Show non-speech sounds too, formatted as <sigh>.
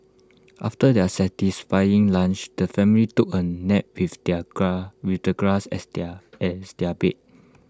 after their satisfying lunch the family took A nap with their <unintelligible> with the grass as their as their bed